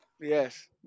Yes